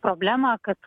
problemą kad